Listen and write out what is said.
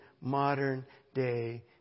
modern-day